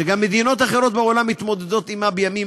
שגם מדינות אחרות בעולם מתמודדות עמה בימים